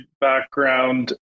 background